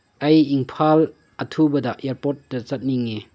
ꯑꯩ ꯏꯝꯐꯥꯜ ꯑꯊꯨꯕꯗ ꯑꯦꯌꯥꯔꯄꯣꯔꯠꯇ ꯆꯠꯅꯤꯡꯉꯦ